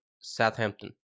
southampton